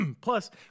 plus